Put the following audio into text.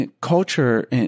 culture